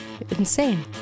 Insane